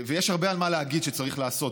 ויש הרבה מה להגיד שצריך לעשות,